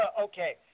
okay